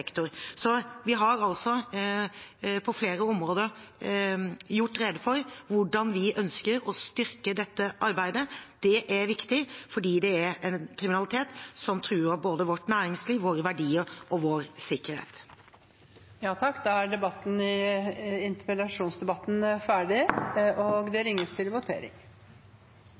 Så vi har altså på flere områder gjort rede for hvordan vi ønsker å styrke dette arbeidet. Det er viktig, for dette er en kriminalitet som truer både vårt næringsliv, våre verdier og vår sikkerhet. Da er debatten i sak nr. 3 ferdig. Da er Stortinget klar til å gå til votering.